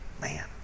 Man